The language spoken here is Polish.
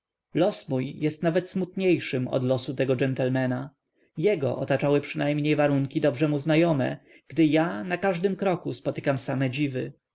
mój jest nawet smutniejszym od losu tego dżentelmana jego otaczały przynajmniej warunki dobrze mu znajome gdy ja na każdym kroku spotykam same dziwy